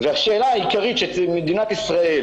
והשאלה העיקרית שמדינת ישראל